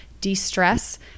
de-stress